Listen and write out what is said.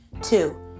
Two